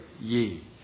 ye